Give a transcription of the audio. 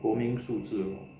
国民素质咯